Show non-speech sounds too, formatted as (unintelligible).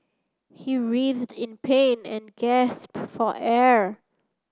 he (unintelligible) in pain and gasped for air